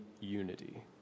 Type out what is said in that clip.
unity